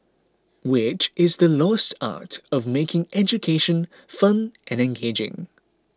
which is the lost art of making education fun and engaging